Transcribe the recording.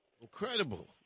Incredible